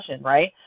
right